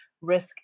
risk